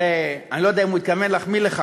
אני לא יודע אם הוא התכוון להחמיא לך,